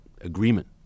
agreement